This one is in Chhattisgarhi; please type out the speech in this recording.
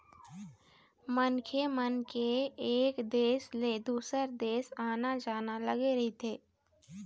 मनखे मन के एक देश ले दुसर देश आना जाना लगे रहिथे